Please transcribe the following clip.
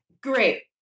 great